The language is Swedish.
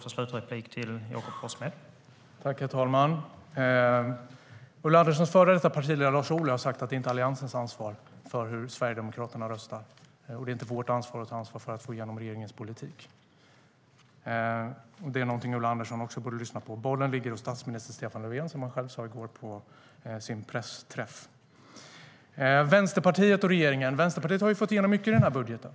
Herr talman! Ulla Anderssons före detta partiledare Lars Ohly har sagt att det inte är Alliansens ansvar hur Sverigedemokraterna röstar, och det är inte vår sak att ta ansvar för att få igenom regeringens politik. Beträffande Vänsterpartiet och regeringen: Vänsterpartiet har fått igenom mycket i den här budgeten.